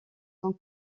sont